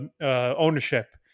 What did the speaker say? ownership